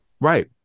Right